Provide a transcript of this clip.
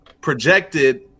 projected